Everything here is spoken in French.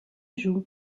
joue